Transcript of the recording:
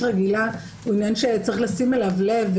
רגילה הוא עניין שצריך לשים אליו לב.